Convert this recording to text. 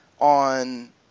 on